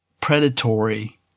predatory